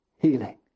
healing